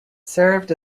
served